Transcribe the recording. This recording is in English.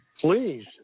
Please